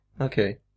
Okay